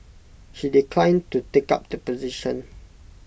she declined to take up the position